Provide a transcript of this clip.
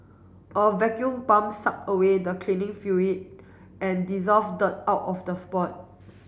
a vacuum pump suck away the cleaning fluid and dissolved dirt out of the spot